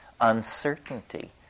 uncertainty